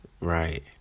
Right